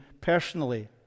personally